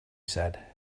said